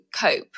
cope